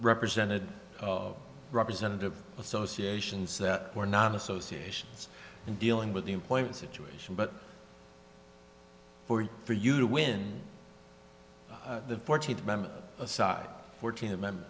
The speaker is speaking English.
represented representative associations that were not associations in dealing with the employment situation but for you for you when the fourteenth amendment aside fourteenth amendment